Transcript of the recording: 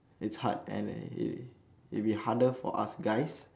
it's hard and and it'll it'll be harder for us guys